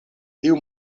tiu